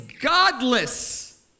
godless